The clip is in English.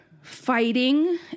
fighting